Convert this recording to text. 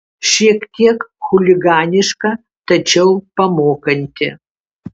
šiek tiek chuliganiška tačiau pamokanti